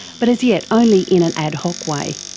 but as yet only in an ad hoc way.